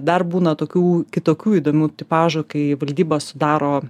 dar būna tokių kitokių įdomių tipažų kai valdybą sudaro